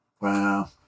Wow